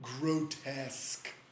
grotesque